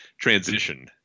transition